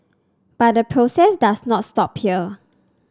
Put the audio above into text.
but the process does not stop here